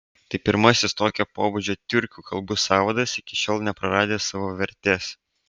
tai pirmasis tokio pobūdžio tiurkų kalbų sąvadas iki šiol nepraradęs savo vertės